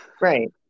Right